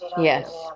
Yes